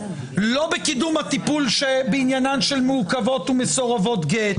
לא בקידום הטיפול בעניין מעוכבות ומסורבות גט.